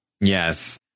Yes